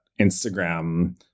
Instagram